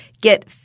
Get